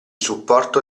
supporto